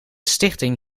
stichting